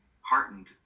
heartened